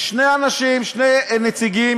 שני אנשים, שני נציגים